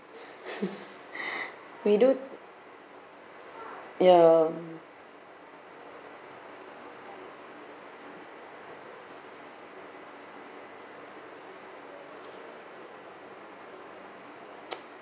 we do ya